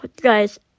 guys